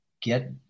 get